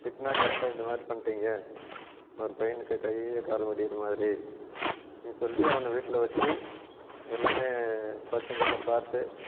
திட்டினாங்க ஏன்டா இந்தமாதிரி பண்ணிட்டீங்க ஒரு பையனுக்கு கை கால் உடயிற மாதிரி ம் சொல்லிட்டு அவனை வீட்டில் வெச்சு எல்லாமே பசங்களை பார்த்து